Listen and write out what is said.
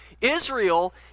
Israel